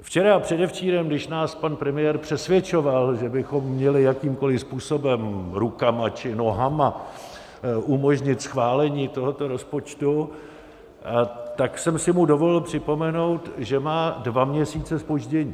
Včera a předevčírem, když nás pan premiér přesvědčoval, že bychom měli jakýmkoliv způsobem, rukama či nohama, umožnit schválení tohoto rozpočtu, tak jsem si mu dovolil připomenout, že má dva měsíce zpoždění.